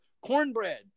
Cornbread